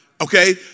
Okay